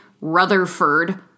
Rutherford